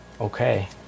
Okay